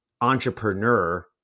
entrepreneur